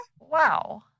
Wow